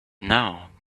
now